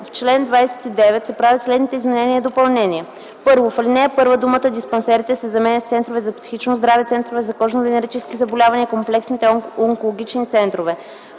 В чл. 29 се правят следните изменения и допълнения: 1. В ал. 1 думата „диспансерите” се заменя с „центровете за психично здраве, центровете за кожно-венерически заболявания, комплексните онкологични центрове”.